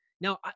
Now